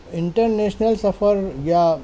inter national سفر یا